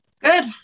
Good